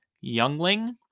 Youngling